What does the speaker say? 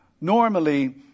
normally